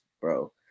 bro